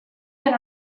era